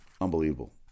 Unbelievable